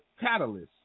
catalyst